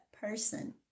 person